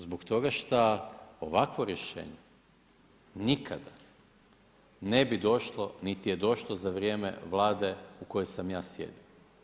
Zbog toga što ovakvo rješenje nikada ne bi došlo niti je došlo za vrijeme vlade u kojoj sam ja sjedio.